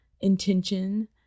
intention